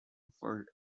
for